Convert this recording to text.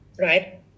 right